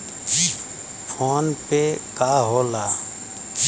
PhonePe का होला?